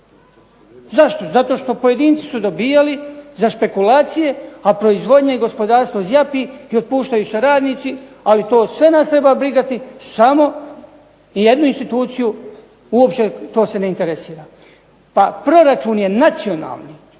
Zašto? Zato što pojedinci su dobijali za špekulacije a proizvodnja i gospodarstvo zjapi i otpuštaju se radnici ali to sve nas treba brigati samo jednu instituciju uopće to se ne interesira. Pa proračun je nacionalni,